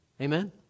Amen